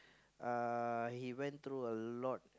uh he went through a lot